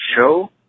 show